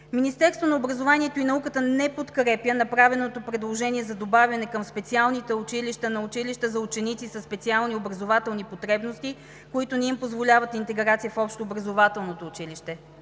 Министерството на образованието и науката не подкрепя направеното предложение за добавяне към специалните училища на училища за ученици със специални образователни потребности, които не им позволяват интеграция в общообразователното училище.